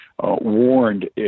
warned